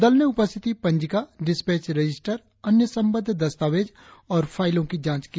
दल ने उपस्थिति पंजिका डिसपैच रजिस्टर अन्य संबद्ध दस्तावेज और फाइलो की जांच की